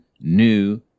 new